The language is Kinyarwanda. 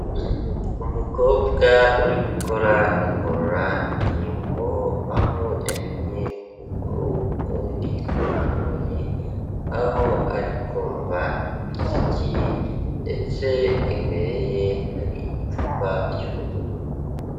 Umukobwa uri gukora ingororangingo, aho yahinnye ukuguru, ukundi kurambuye, aho ari kumva imiziki ndetse imbere ye hari icupa ry'ubururu.